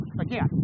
again